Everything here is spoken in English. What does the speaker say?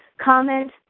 Comment